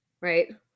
right